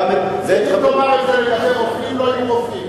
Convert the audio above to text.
אם תאמר את זה לגבי רופאים, לא יהיו רופאים.